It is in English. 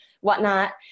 whatnot